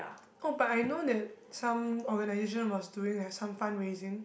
oh but I know the some organizations was doing as some fundraising